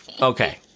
Okay